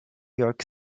york